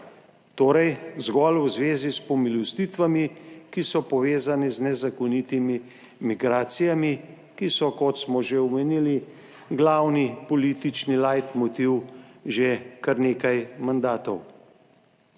Torej zgolj v zvezi s pomilostitvami, ki so povezane z nezakonitimi migracijami, ki so, kot smo že omenili, glavni politični light motiv že kar nekaj mandatov.